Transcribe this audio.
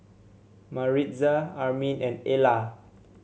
Maritza Armin and Ellar